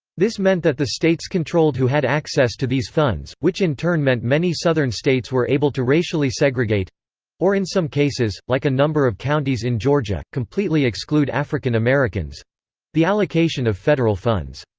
this meant that the states controlled who had access to these funds, which in turn meant many southern states were able to racially segregate or in some cases, like a number of counties in georgia, completely exclude african-americans the allocation of federal funds.